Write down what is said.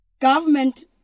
government